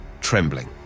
trembling